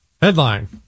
Headline